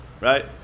Right